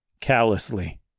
callously